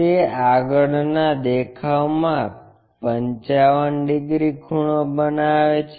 તે આગળના દેખાવ મા 55 ડિગ્રી ખૂણો બનાવે છે